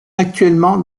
actuellement